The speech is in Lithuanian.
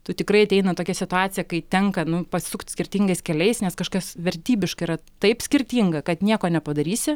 tu tikrai ateina tokia situacija kai tenka pasukt skirtingais keliais nes kažkas vertybiškai yra taip skirtinga kad nieko nepadarysi